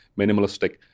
minimalistic